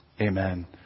Amen